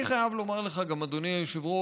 אני חייב לומר לך גם, אדוני היושב-ראש,